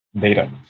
data